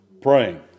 praying